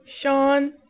Sean